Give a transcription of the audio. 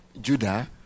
Judah